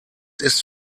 ist